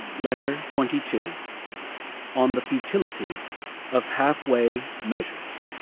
letter twenty two on the futility of half-way measures.